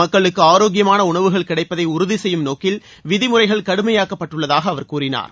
மக்களுக்கு ஆரோக்கியமான உணவுகள் கிடைப்பதை உறுதி செய்யும் நோக்கில் விதிமுறைகள் கடுமையாக்கப்பட்டுள்ளதாக அவர் கூறினார்